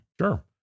Sure